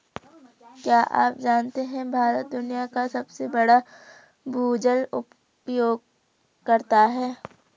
क्या आप जानते है भारत दुनिया का सबसे बड़ा भूजल उपयोगकर्ता है?